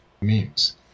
memes